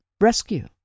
rescue